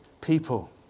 people